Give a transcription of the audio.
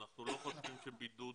אנחנו לא חושבים שבידוד